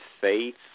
faith